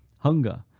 hunger,